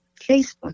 Facebook